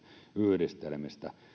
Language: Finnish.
yhdistelmistä